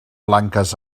blanques